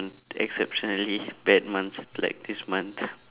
exceptionally bad months like this month